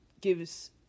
gives